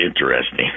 interesting